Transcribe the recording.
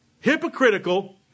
hypocritical